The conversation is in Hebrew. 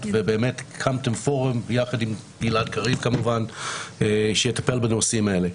והקמתם פורום יחד עם גלעד קריב שיטפל בנושאים האלה.